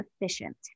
efficient